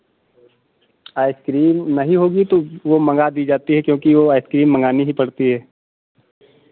ice cream नहीं होगी तो वो मंगा दी जाती है क्योंकि वो आइसक्रीम मंगानी ही पड़ती है